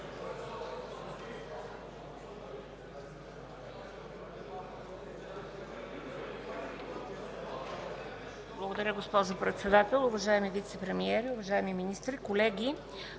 Благодаря, госпожо Председател. Уважаеми вицепремиери, уважаеми министри, колеги,